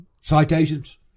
citations